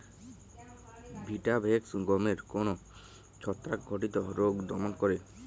Vitavax গমের কোন ছত্রাক ঘটিত রোগ দমন করে?